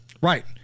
Right